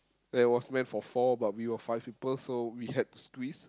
that was meant for four but we were five people so we had to squeeze